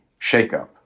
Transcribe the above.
shakeup